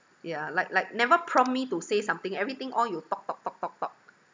yeah like like never prompt me to say something everything all you talk talk talk talk talk